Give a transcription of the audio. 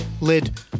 lid